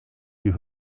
you